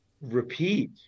repeat